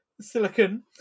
silicon